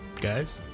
Guys